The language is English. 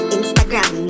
Instagram